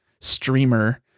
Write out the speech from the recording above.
streamer